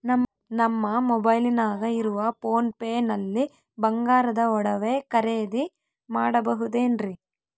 ನಮ್ಮ ಮೊಬೈಲಿನಾಗ ಇರುವ ಪೋನ್ ಪೇ ನಲ್ಲಿ ಬಂಗಾರದ ಒಡವೆ ಖರೇದಿ ಮಾಡಬಹುದೇನ್ರಿ?